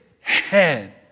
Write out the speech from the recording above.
head